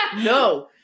No